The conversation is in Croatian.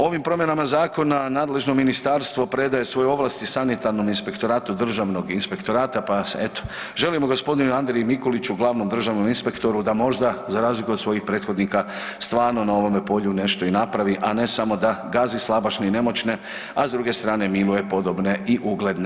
Ovim promjenama zakona nadležno ministarstvo predaje svoje ovlasti sanitarnom inspektoratu Državnog inspektorata, pa eto želimo gospodinu Andriji Mikulići, glavnom državnom inspektoru da možda za razliku od svojih prethodnika stvarna na ovome polju nešto i napravi, a ne samo da gazi slabašne i nemoćne, a s druge strane miluje podobne i ugledne.